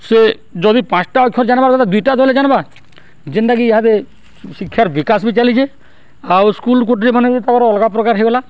ସେ ଯଦି ପାଞ୍ଚ୍ଟା ଅକ୍ଷର୍ ଜାନ୍ବାର୍ କଥା ଦୁଇଟା ତ ହେଲେ ଜାନ୍ବା ଯେନ୍ତାକି ଇହାଦେ ଶିକ୍ଷାର୍ ବିକାଶ୍ ବି ଚାଲିଚେ ଆଉ ସ୍କୁଲ୍ କୋଠରୀମାନେ ବି ତାଙ୍କର୍ ଅଲ୍ଗା ପ୍ରକାର୍ ହେଲା